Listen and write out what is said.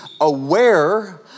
aware